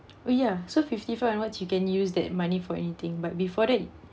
oh ya so fifty five onwards you can use that money for anything but before that